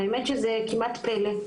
האמת שזה כמעט פלא,